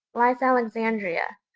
lies alexandria,